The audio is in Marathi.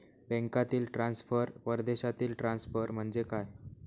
बँकांतील ट्रान्सफर, परदेशातील ट्रान्सफर म्हणजे काय?